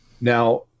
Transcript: Now